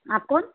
आप कौन